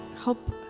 help